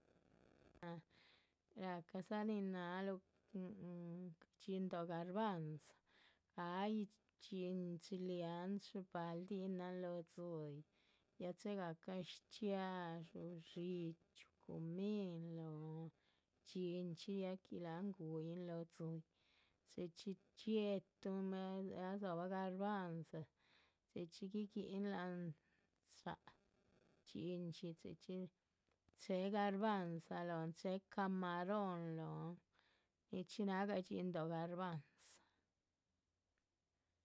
rahcadza nin náhaluh mhuhu dhxín dóh garbahnza gáyi dhxín chileanchu, paldihinan lóho dzíyih, ya chéhegahca shchxiadxú dxíchyu, cumín, lóhon. dhxín chxí ya que láhan gúyin lóho dzíyih, chxí chxí dxiétuhun ah rdzóhobah garbahnza, chxí chxí guiguíhin láhan cháha dhxín chxí, chxí chxí. chéhe garbanza lóhon chéhe camarón lóhon, nichxí náhga dhxín dóh garbanza